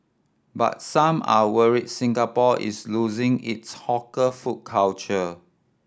but some are worried Singapore is losing its hawker food culture